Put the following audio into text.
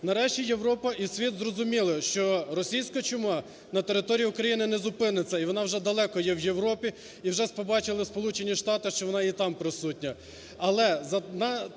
Нарешті Європа і світ зрозуміли, що російська чума на території України не зупиниться і вона вже далеко є в Європі. І вже побачили Сполучені Штати, що вона і там присутня.